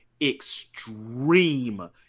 extreme